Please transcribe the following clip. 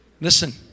Listen